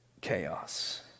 chaos